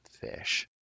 fish